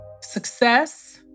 success